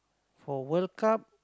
for World-Cup